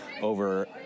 Over